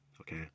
Okay